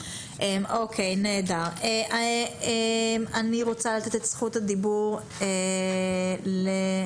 אני רוצה לתת את זכות הדיבור ל --- אפשר?